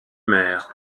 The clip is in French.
maire